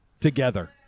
Together